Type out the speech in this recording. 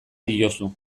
diozu